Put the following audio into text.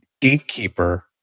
gatekeeper